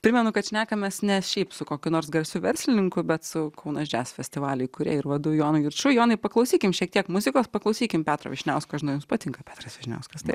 primenu kad šnekamės ne šiaip su kokiu nors garsiu verslininku bet su kaunas jazz festivalio įkūrėju ir vadu jonu juču jonai paklausykim šiek tiek muzikos paklausykim petro vyšniausko žinau jums patinka petras vyšniauskas taip